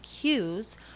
cues